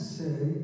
say